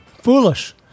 Foolish